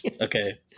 okay